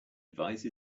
advice